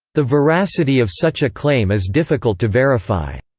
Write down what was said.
the veracity of such a claim is difficult to verify.